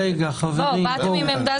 בבקשה, עו"ד פינקלשטיין.